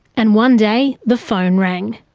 and one day the phone rang.